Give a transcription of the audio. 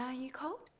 ah you cold?